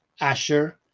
Asher